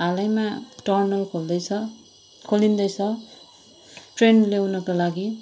हालैमा टनल खोल्दैछ खोलिन्दैछ ट्रेन ल्याउनका लागि